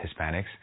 Hispanics